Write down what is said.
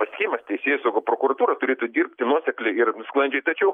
pasitikėjimas teisėsauga prokuratūra turėtų dirbti nuosekliai ir sklandžiai tačiau